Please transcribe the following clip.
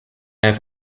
have